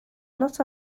not